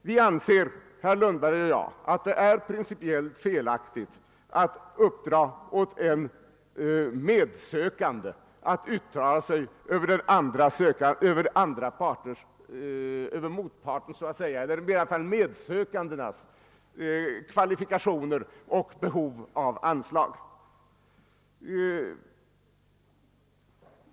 Herr Lundberg och jag anser att det är principiellt felaktigt att uppdra åt en sökande att uttala sig om motparters eller i varje fall medsökandes kvalifikationer och behov av anslag.